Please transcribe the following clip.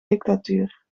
dictatuur